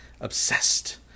obsessed